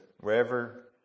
wherever